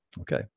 Okay